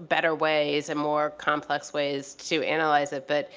better ways and more complex ways to analyze it but